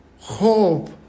hope